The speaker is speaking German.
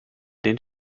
den